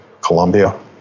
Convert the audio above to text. Colombia